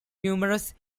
numerous